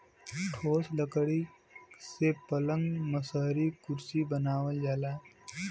ठोस लकड़ी से पलंग मसहरी कुरसी बनावल जाला